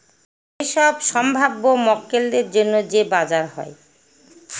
এইসব সম্ভাব্য মক্কেলদের জন্য যে বাজার হয়